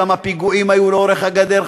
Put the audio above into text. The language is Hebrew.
כמה פיגועים היו לאורך הגדר,